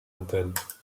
montagnes